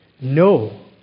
No